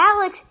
Alex